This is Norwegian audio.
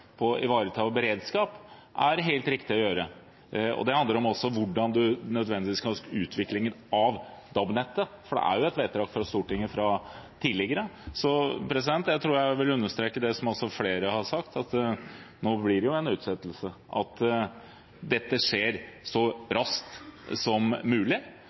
på å ivareta beredskap er helt riktig å gjøre. Det handler nødvendigvis om hvordan utviklingen av DAB-nettet blir, for det er jo et vedtak fra Stortinget fra tidligere. Jeg tror jeg vil understreke det som også flere har sagt, at det blir en utsettelse, men at dette skjer så raskt som mulig,